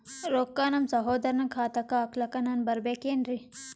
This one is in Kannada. ರೊಕ್ಕ ನಮ್ಮಸಹೋದರನ ಖಾತಾಕ್ಕ ಹಾಕ್ಲಕ ನಾನಾ ಬರಬೇಕೆನ್ರೀ?